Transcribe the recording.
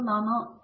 Ranganathan T